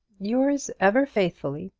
yours ever faithfully,